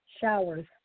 Showers